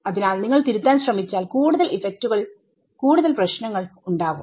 അതിനാൽ നിങ്ങൾ തിരുത്താൻ ശ്രമിച്ചാൽ കൂടുതൽ ഇഫെക്റ്റുകൾകൂടുതൽ പ്രശ്നങ്ങൾ ഉണ്ടാവും